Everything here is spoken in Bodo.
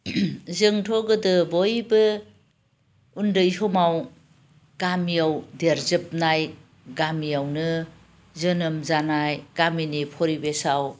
जोंथ' गोदो बयबो उन्दै समाव गामियाव देरजोबनाय गामियावनो जोनोम जानाय गामिनि फरिबेसाव